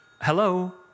hello